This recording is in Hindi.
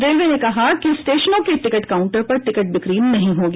रेलवे ने कहा है कि स्टेशनों के टिकट काउंटर पर टिकट बिक्री नहीं होगी